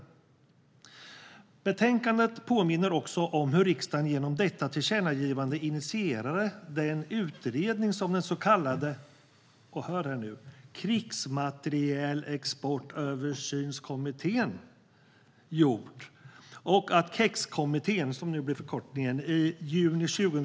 I betänkandet påminns också om hur riksdagen genom detta tillkännagivande initierade den utredning som den så kallade Krigsmaterielexportöversynskommittén har gjort och att KEX-kommittén i juni 2015 överlämnade sitt slutbetänkande till regeringen.